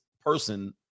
person